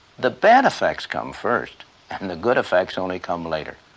the bad effects come first and the good effects only come later.